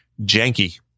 Janky